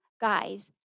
guys